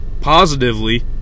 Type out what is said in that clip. positively